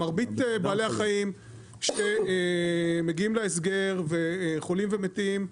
מרבית בעלי החיים מגיעים להסגר וחולים ומתים,